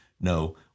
No